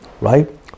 Right